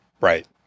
Right